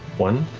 one?